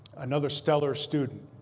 another stellar student.